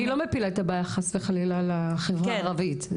אני לא מפילה את הבעיה חס וחלילה על החברה הערבית.